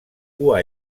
cua